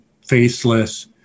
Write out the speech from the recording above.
faceless